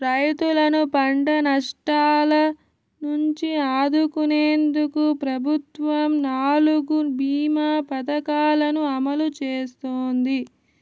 రైతులను పంట నష్టాల నుంచి ఆదుకునేందుకు ప్రభుత్వం నాలుగు భీమ పథకాలను అమలు చేస్తోంది